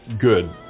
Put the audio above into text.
good